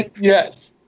Yes